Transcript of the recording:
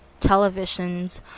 televisions